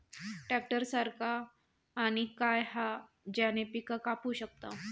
Tractor सारखा आणि काय हा ज्याने पीका कापू शकताव?